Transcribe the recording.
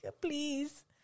please